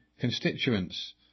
constituents